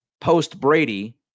post-Brady